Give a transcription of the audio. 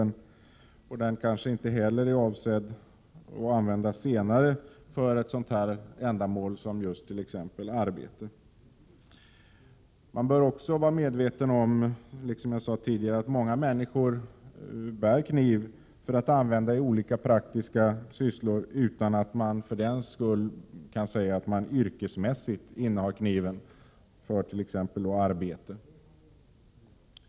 I det exempel jag nämnde är inte avsikten att använda kniven för arbete på platsen för tillställningen eller sammankomsten. Kniven kanske inte heller senare skall användas för arbete. Man bör vara medveten om att många människor bär kniv för att använda den i olika praktiska sysslor, utan att de för den skull kan sägas inneha kniv för yrkesmässigt arbete.